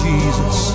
Jesus